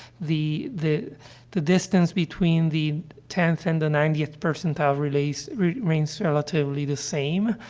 the the the distance between the tenth and the ninetieth percentile relates remains relatively the same.